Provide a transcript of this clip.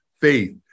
faith